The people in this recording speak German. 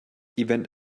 event